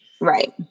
Right